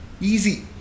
Easy